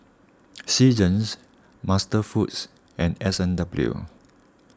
Seasons MasterFoods and S and W